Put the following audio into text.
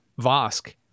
Vosk